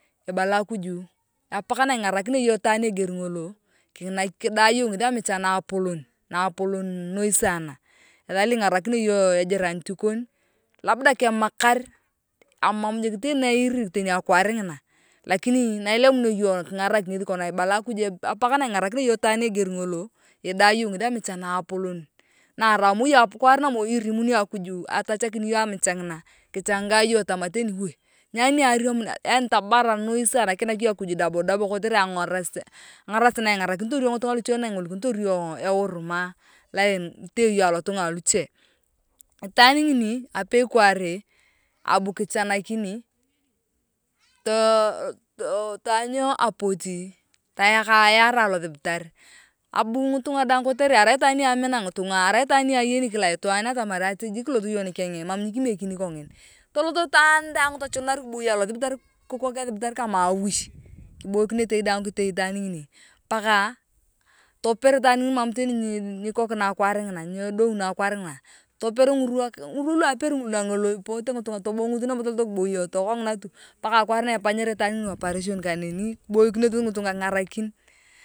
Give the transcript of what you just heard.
Ebala akuj apak na ingarakinea iyong itwaan eger ngolo kidaa yong ngethi amicha naapolon naapolon noi sana ethan lo ingarakinea iyong ejiranit kon labda kemamakar amam jik teni akimuj na iiri teni akwaar ngina lakini na ilemunia yong kingarak ngethi kongina ebala akuj apak na ingarakinea iyong itwaan eger ngolo idea iyong ngethi amicha naapolon na arai moi akwaar namoi irimunio akuj atachakin iyong amicha kiichanga iyong tama teni woe nyani niaramunea yaani tabar noi sana na kiinakinea yong akuj dabo dabo kotere angarasit na ingarakinitor yong ngitunga luche lu ingolikinitor yong euruma lo etee yong alotunga aluche itwaan ngini apei kwaar abu kichanakini tooooo too tanyau apo tabu itwaan dang potu kotere arai itwaan ni amina ngitunga arai itwaan ni ayeni jik kila itwaan atamar tokona kilot yong nikeng mam nyikimiekini iyong kongina tolot itwaan daang min kaboyi alothibatar kikok esibitar kama awi kiboikenetei daang kitei itwaan ngini paka toper itwaan ngini mam teni nlikokina akwaar ngina toper ngirwa ngirwa luaperi ngesi ngulu ipote ngitunga tolot nabo kiboy kongina tup aka akwaar ne epanyare itwaan ngini opereshen kaneni kiboikinoth ngatunga kingarikin.